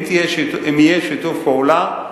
אם יהיה שיתוף פעולה,